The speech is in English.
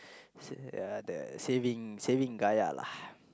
s~ ya the saving saving Gaia lah